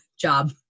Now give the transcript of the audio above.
job